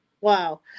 wow